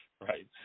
right